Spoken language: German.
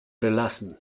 belassen